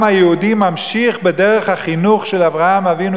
היהודי ממשיך בדרך החינוך של אברהם אבינו,